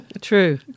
True